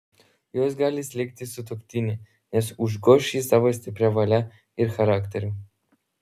jos gali slėgti sutuoktinį nes užgoš jį savo stipria valia ir charakteriu